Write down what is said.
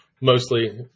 mostly